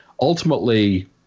ultimately